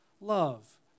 Love